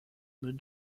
meut